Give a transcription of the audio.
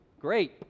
great